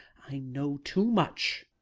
i know too much.